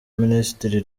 minisitiri